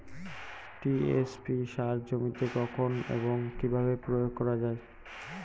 TSP সার জমিতে কখন এবং কিভাবে প্রয়োগ করা য়ায়?